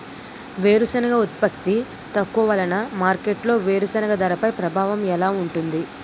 వేరుసెనగ ఉత్పత్తి తక్కువ వలన మార్కెట్లో వేరుసెనగ ధరపై ప్రభావం ఎలా ఉంటుంది?